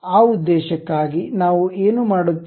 ಆ ಉದ್ದೇಶಕ್ಕಾಗಿ ನಾವು ಏನು ಮಾಡುತ್ತೇವೆ